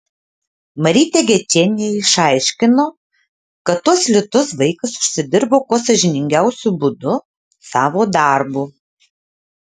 marytė gečienė išaiškino kad tuos litus vaikas užsidirbo kuo sąžiningiausiu būdu savo darbu